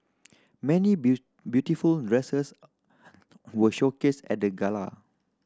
many beautiful dresses were showcased at the gala